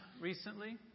recently